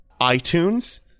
iTunes